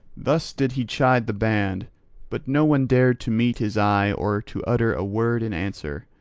thus did he chide the band but no one dared to meet his eye or to utter a word in answer.